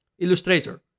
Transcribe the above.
illustrator